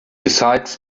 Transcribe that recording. besides